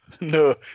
no